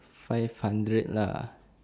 five hundred lah